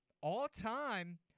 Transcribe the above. all-time